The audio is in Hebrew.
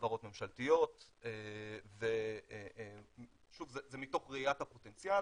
חברות ממשלתיות ושוב, זה מתוך ראיית הפוטנציאל.